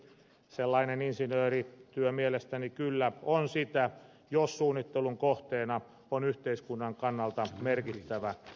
sellainen insinöörityö mielestäni kyllä on sitä jos suunnittelun kohteena on yhteiskunnan kannalta merkittävä infraratkaisu